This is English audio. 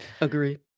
Agree